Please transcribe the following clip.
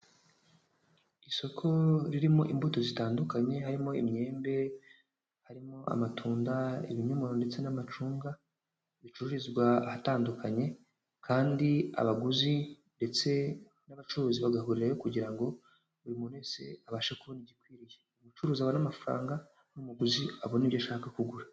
Isoko ririmo imbuto zitandukanye harimo imyembe, harimo amatunda, ibinyomoro ndetse n'amacunga, bicururizwa ahatandukanye kandi abaguzi ndetse n'abacuruzi bagahurirayo kugira ngo buri muntu wese abashe kubona igikwiriye, umucuruzi abone amafaranga n'umuguzi abone ibyo ashaka kugura.